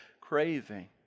craving